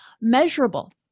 measurable